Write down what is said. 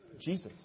Jesus